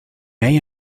may